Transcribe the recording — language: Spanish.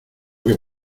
que